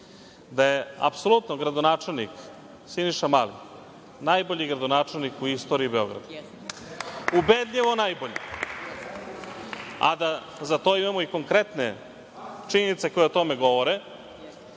da je apsolutno gradonačelnik Siniša Mali najbolji gradonačelnik u istoriji Beograda, ubedljivo najbolji, a za to imamo konkretne činjenice koje o tome govore,